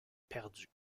perdue